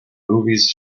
movies